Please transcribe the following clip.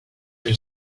elle